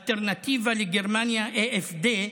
אלטרנטיבה לגרמניה, AfD,